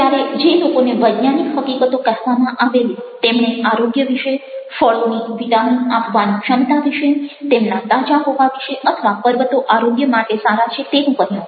જ્યારે જે લોકોને વૈજ્ઞાનિક હકીકતો કહેવામાં આવેલી તેમણે આરોગ્ય વિશે ફળોની વિટામિન આપવાની ક્ષમતા વિશે તેમના તાજા હોવા વિશે અથવા પર્વતો આરોગ્ય માટે સારા છે તેવું કહ્યું